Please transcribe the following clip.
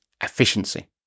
efficiency